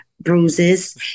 bruises